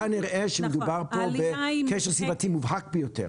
כנראה שמדובר פה בקשר סיבתי מובהק ביותר.